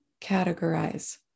categorize